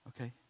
okay